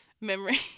memory